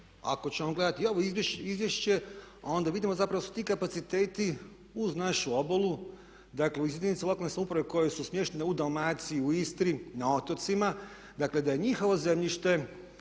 Ako ćemo gledati i ovo izvješće onda vidimo da su zapravo ti kapaciteti uz našu obalu, dakle uz jedinice lokalne samouprave koje su smještene u Dalmaciji, u Istri, na otocima, dakle da je njihovo zemljište,